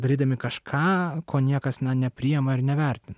darydami kažką ko niekas na nepriima ir nevertina